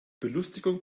belustigung